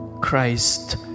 Christ